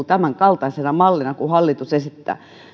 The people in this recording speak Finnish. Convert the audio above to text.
tämänkaltaisena mallina kuin hallitus esittää